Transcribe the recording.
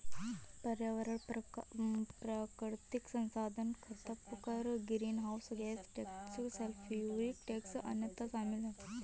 पर्यावरण प्राकृतिक संसाधन खपत कर, greenhouse gas tax, sulphuric tax, अन्य शामिल हैं